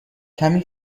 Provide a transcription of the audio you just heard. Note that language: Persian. کمی